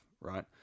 right